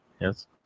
yes